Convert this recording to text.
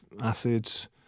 acids